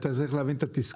אתה צריך להבין את התסכול.